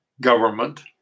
government